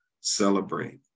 celebrate